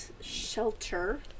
shelter